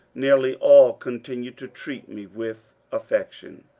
nearly all continued to treat me with affection.